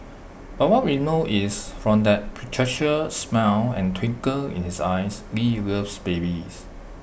but what we know is from that patriarchal smile and twinkle in his eyes lee loves babies